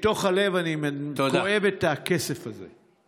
מתוך הלב אני כואב את הכסף הזה.